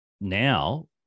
now